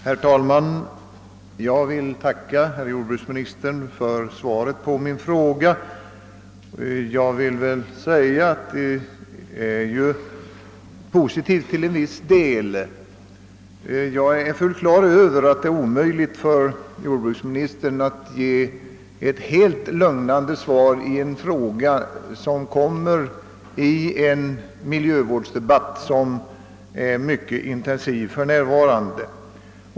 Herr talman! Jag tackar jordbruksministern för svaret på min fråga. Till en viss del är ju svaret positivt. Jag är fullt på det klara med att det är omöjligt för jordbruksministern att ge ett helt lugnande svar på frågan i ett skede då miljövårdsdebatten är så intensiv som för närvarande.